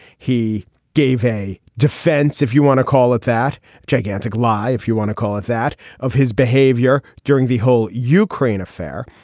he gave a defense if you want to call it that gigantic lie if you want to call it that of his behavior during the whole ukraine affair.